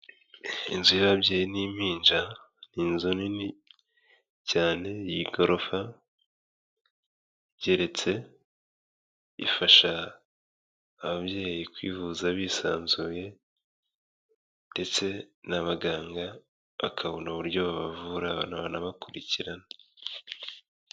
Inzu y'ababyeyi n'impinja ni inzu nini cyane iyigorofa igeretse, ifasha ababyeyi kwivuza bisanzuye ndetse n'abaganga bakabona uburyo babavura banabakurikirana.